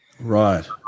right